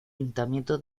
ayuntamiento